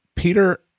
Peter